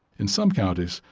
in some counties,